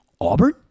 Auburn